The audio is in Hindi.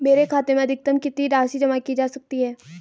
मेरे खाते में अधिकतम कितनी राशि जमा की जा सकती है?